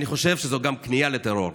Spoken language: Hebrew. אני חושב שזו גם כניעה לטרור.